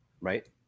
Right